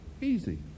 easy